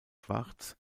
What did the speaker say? schwarz